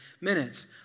minutes